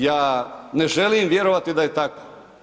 Ja ne želim vjerovati da je tako.